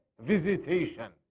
visitation